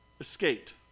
escaped